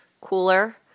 cooler